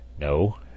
No